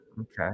Okay